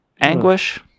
anguish